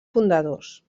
fundadors